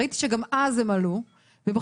וראיתי שהטענות שעלו עכשיו מהמשרדים עלו גם אז.